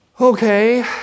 Okay